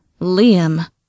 Liam